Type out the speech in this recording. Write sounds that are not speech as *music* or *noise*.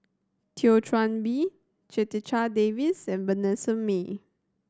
Thio *unintelligible* Bee *unintelligible* Davies and Vanessa Mae